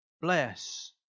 bless